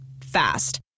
Fast